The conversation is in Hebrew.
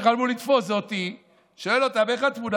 הדבר האחרון שהם חלמו לתפוס זה אותי שואל אותם: איך התמונה,